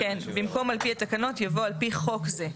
במקום על פי התקנות יבוא על פי חוק זה,